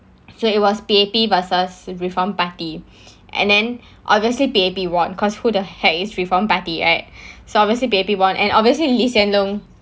so it was P_A_P versus reform party and then obviously P_A_P won because who the heck is reform party right so P_A_P won and obviously lee hsien loong